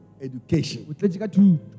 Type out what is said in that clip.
education